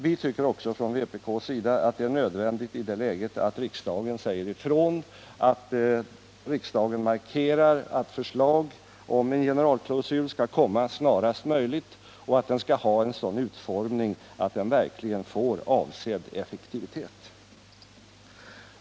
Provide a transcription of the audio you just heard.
Vi tycker också från vpk:s sida att det är nödvändigt i det läget att riksdagen markerar att förslag om en generalklausul skall komma snarast möjligt och ha en sådan utformning att det verkligen får avsedd effektivitet.